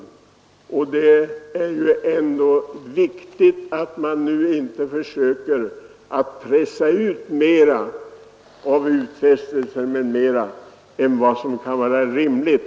Det är viktigt att man nu inte försöker att pressa ut mera av utfästelser för framtiden än vad som kan vara rimligt.